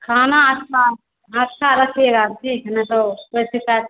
खाना अच्छा रस्सा रखिएगा तो ठीक है नहीं तो करके पैक